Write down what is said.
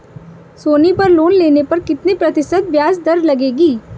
सोनी पर लोन लेने पर कितने प्रतिशत ब्याज दर लगेगी?